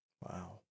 Wow